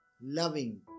Loving